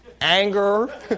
anger